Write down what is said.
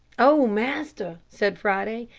o master! said friday,